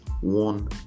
one